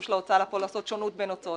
של ההוצאה לפועל לעשות שונות בין הוצאות.